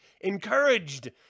encouraged